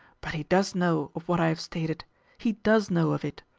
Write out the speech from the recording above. but he does know of what i have stated he does know of it.